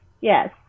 Yes